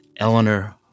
Eleanor